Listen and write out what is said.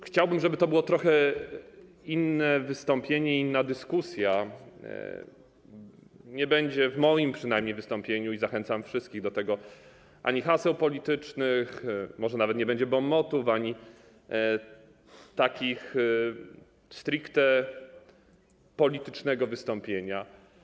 Chciałbym, żeby to było trochę inne wystąpienie, inna dyskusja, nie będzie w moim przynajmniej wystąpieniu - i zachęcam wszystkich do tego - haseł politycznych, może nawet nie będzie bon motów, nie będzie to stricte polityczne wystąpienie.